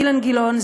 אילן גילאון,